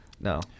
No